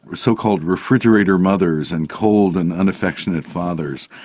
so-called refrigerator mothers and cold and unaffectionate fathers,